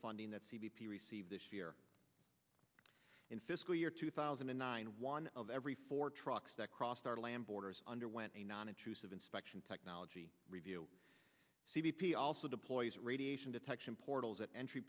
funding that c b p receive this in fiscal year two thousand and nine one of every four trucks that crossed our land borders underwent a non intrusive inspection technology review c b p also deploys radiation detection portals at entry